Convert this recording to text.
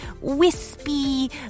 wispy